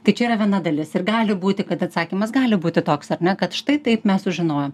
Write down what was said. tai čia yra viena dalis ir gali būti kad atsakymas gali būti toks ar ne kad štai taip mes sužinojom